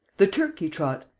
the turkey trot.